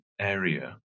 area